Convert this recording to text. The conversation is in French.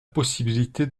possibilité